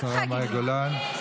לשרה מאי גולן.